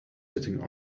sitting